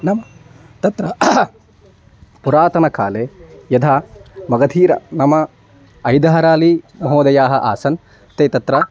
नाम तत्र पुरातनकाले यथा मगधीरः नाम ऐधरालिमहोदयाः आसन् ते तत्र